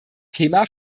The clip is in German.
thema